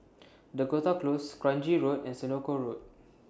Dakota Close Kranji Road and Senoko Road